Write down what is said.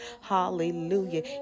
hallelujah